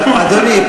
אדוני,